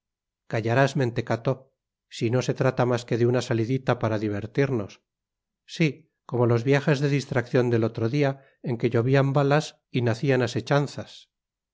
callarás mentecato si no se trata mas que de una salidita para divertirnos si como los viajes de distraccion del otro dia en que llovian balas y nacian acechanzas